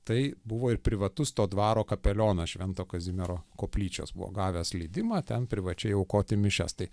tai buvo ir privatus to dvaro kapelionas švento kazimiero koplyčios buvo gavęs leidimą ten privačiai aukoti mišias tai